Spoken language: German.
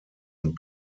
und